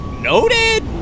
Noted